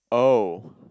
oh